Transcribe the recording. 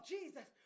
Jesus